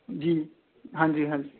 जी हांजी हांजी